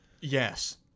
Yes